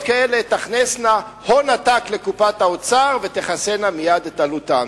כאלה תכנסנה הון עתק לקופת האוצר ותכסינה מייד את עלותן.